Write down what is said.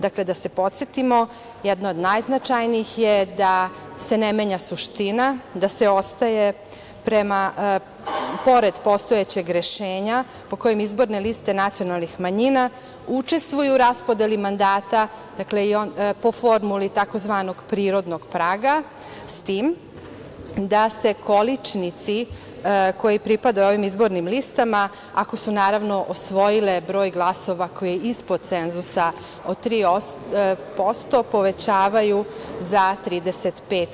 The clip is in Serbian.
Da se podsetimo, jedna od najznačajnijih je da se ne menja suština, da se ostaje, pored postojećeg rešenja po kojem izborne liste nacionalnih manjina učestvuju u raspodeli mandata, po formuli tzv. prirodnog praga, s tim da se količnici koji pripadaju ovim izbornim listama, ako su osvojile broj glasova koji je ispod cenzusa od 3%, povećavaju za 35%